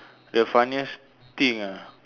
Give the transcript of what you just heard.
the funniest thing ah